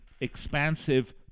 expansive